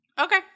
Okay